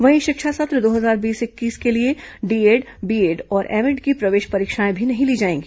वहीं शिक्षा सत्र दो हजार बीस इक्कीस के लिए डीएड बीएड और एमएड की प्रवेश परीक्षाएं भी नहीं ली जाएगी